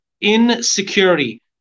Insecurity